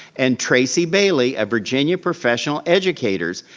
and tracy bailey of virginia professional educators,